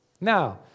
Now